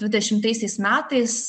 dvidešimtaisiais metais